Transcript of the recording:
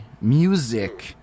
music